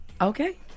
Okay